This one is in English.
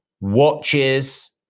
watches